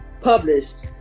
published